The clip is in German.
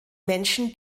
menschen